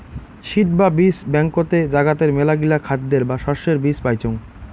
seed বা বীজ ব্যাংকতে জাগাতের মেলাগিলা খাদ্যের বা শস্যের বীজ পাইচুঙ